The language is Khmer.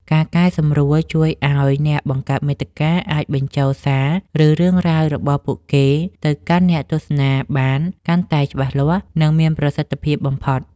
ការកែសម្រួលជួយឱ្យអ្នកបង្កើតមាតិកាអាចបញ្ជូនសារ ឬរឿងរ៉ាវរបស់ពួកគេទៅកាន់អ្នកទស្សនាបានកាន់តែច្បាស់លាស់ និងមានប្រសិទ្ធភាពបំផុត។